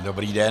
Dobrý den.